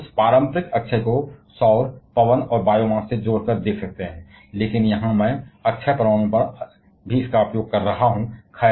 अब अक्षय पारंपरिक हम इस शर्तों को सौर पवन और बायोमास से जोड़ते हैं लेकिन यहां मैं नवीकरणीय परमाणु पर भी इसका उपयोग कर रहा हूं